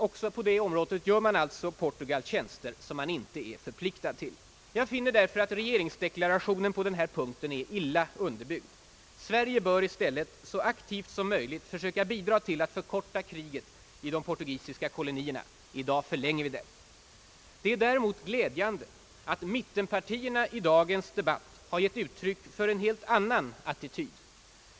Också på det området gör man alltså Portugal tjänster, som man inte är förpliktad till. Jag finner därför, att regeringsdeklarationen på denna punkt är illa underbyggd. Sverige bör i stället så aktivt som möjligt söka bidra till att förkorta kriget i de portugisiska kolonierna. I dag förlänger vi det. Det är glädjande, att mittenpartierna i dagens debatt har givit uttryck för en helt annan attityd.